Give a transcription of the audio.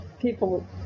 people